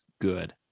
good